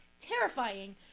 terrifying